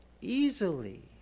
easily